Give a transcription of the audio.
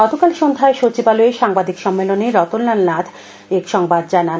গতকাল সন্ধ্যায় সচিবালয়ে সাংবাদিক সম্মেলনে রতনলাল নাথ এসংবাদ জানান